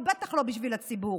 ובטח לא בשביל הציבור.